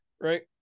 right